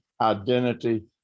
identity